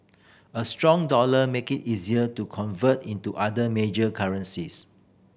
a strong dollar make it easier to convert into other major currencies